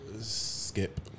Skip